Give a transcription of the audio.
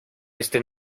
este